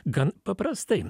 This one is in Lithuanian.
gan paprastai